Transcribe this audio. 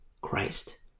Christ